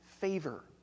favor